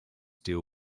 deal